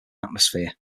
atmosphere